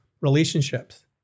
relationships